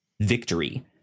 victory